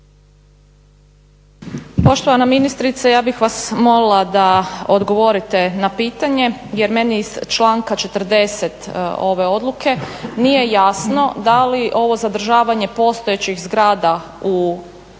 Poštovana ministrice, ja bih vas molila da odgovorite na pitanje jer meni iz članka 40. ove odluke nije jasno da li ovo zadržavanje postojećih zgrada u samom